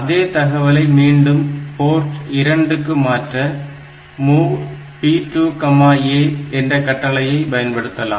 அதே தகவலை மீண்டும் போர்ட் 2 க்கு மாற்ற MOV P2A என்ற கட்டளையை பயன்படுத்தலாம்